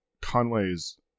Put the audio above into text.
Conway's